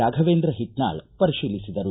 ರಾಘವೇಂದ್ರ ಹಿಟ್ನಾಳ್ ಪರಿಶೀಲಿಸಿದರು